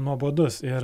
nuobodus ir